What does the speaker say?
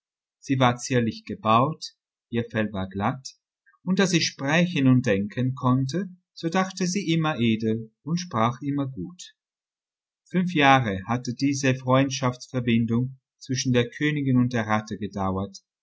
sie war zierlich gebaut ihr fell war glatt und da sie sprechen und denken konnte so dachte sie immer edel und sprach immer gut fünf jahre hatte diese freundschaftsverbindung zwischen der königin und der ratte gedauert